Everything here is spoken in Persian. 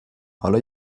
حالا